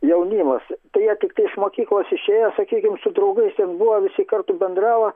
jaunimas tai jie tiktai iš mokyklos išėjo sakykim su draugais ten buvo visi kartu bendravo